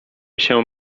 się